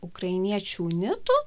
ukrainiečių unitų